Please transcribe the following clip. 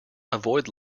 avoid